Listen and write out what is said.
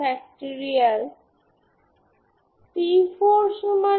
যদি c1 c2 উভয়ই 0 হয় তার মানে y হল 0 সমাধান